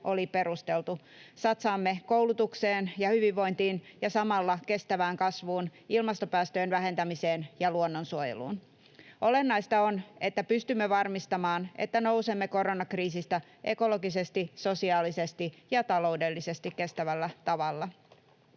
oli perusteltu. Satsaamme koulutukseen ja hyvinvointiin ja samalla kestävään kasvuun, ilmastopäästöjen vähentämiseen ja luonnonsuojeluun. Olennaista on, että pystymme varmistamaan, että nousemme koronakriisistä ekologisesti, sosiaalisesti ja taloudellisesti kestävällä tavalla.